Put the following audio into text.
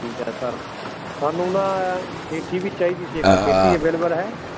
ਠੀਕ ਹੈ ਸਰ ਸਾਨੂੰ ਨਾ ਸੀਠੀ ਵੀ ਚਾਹੀਦੀ ਸੀ ਇੱਕ ਸੀਠੀ ਅਵੇਲੇਬਲ ਹੈ